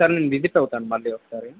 ఒకసారి నేను విజిట్ అవుతాను మళ్ళీ ఒకసారి